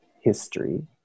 history